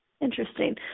Interesting